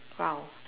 !wow!